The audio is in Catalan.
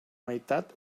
meitat